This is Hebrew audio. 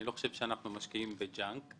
אני לא חושב שאנחנו משקיעים בג'נק.